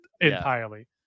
entirely